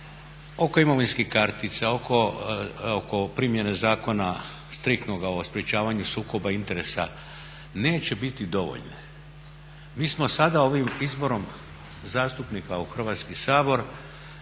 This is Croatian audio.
oko imovinskih kartica, oko primjene Zakona striktno o sprečavanju sukoba interesa neće biti dovoljne. Mi smo sada ovim izborom zastupnika u Hrvatski sabor